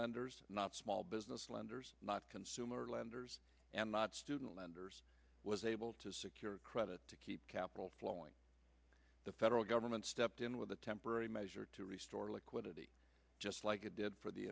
lenders not small business lenders not consumer lenders and not student lenders was able to secure credit to keep capital flowing the federal government stepped in with a temporary measure to restore liquidity just like it did for the